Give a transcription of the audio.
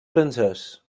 francès